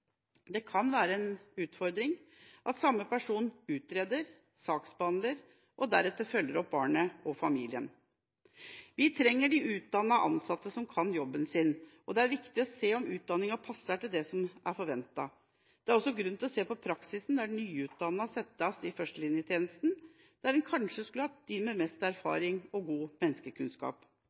Det kan være en utfordring at samme person utreder, saksbehandler og deretter følger opp barnet og familien. Vi trenger utdannede ansatte som kan jobben sin, og det er viktig å se om utdanninga er tilpasset det som er forventet. Der er også grunn til å se på praksisen med at nyutdannede settes i førstelinjetjenesten, der en kanskje burde hatt de med mest erfaring og god menneskekunnskap.